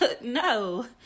no